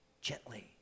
Gently